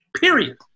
Period